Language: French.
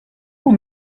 mon